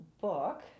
book